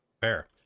fair